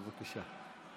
בבקשה.